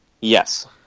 Yes